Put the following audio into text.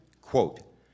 quote